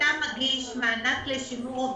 - כשאתה מגיש מענק לשימור עובדים,